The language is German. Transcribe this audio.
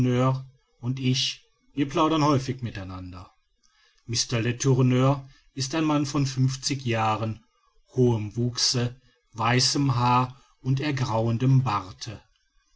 und ich wir plaudern häufiger mit einander mr letourneur ist ein mann von fünfzig jahren hohem wuchse weißem haar und ergrauendem barte